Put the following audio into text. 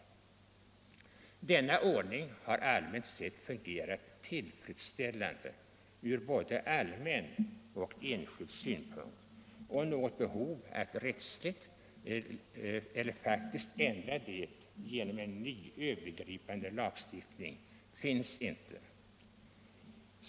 Denna ordning har allmänt sett fungerat tillfredsställande ur både allmän och enskild synpunkt och något behov att rättsligt eller faktiskt ändra det genom en ny övergripande lagstiftning finns inte.